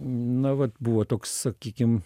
na vat buvo toks sakykim